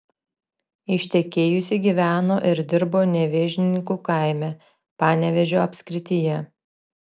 ištekėjusi gyveno ir dirbo nevėžninkų kaime panevėžio apskrityje